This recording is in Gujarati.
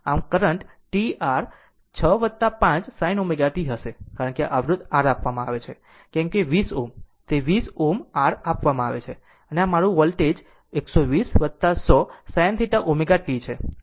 આમ current T r 6 5 sin ω t હશે કારણ કે આ અવરોધ r આપવામાં આવે છે કેમ કે 20Ω તે 20 ΩR આપવામાં આવે છે અને આ મારું વોલ્ટેજ 120 100 sinθ ω t છે